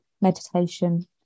meditation